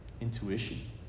intuition